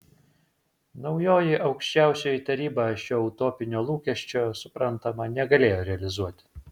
naujoji aukščiausioji taryba šio utopinio lūkesčio suprantama negalėjo realizuoti